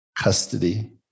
Custody